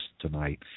tonight